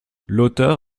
l’auteur